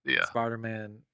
Spider-Man